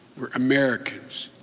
we're americans.